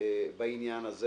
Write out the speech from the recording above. בעניין הזה